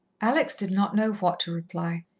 alex did not know what to reply.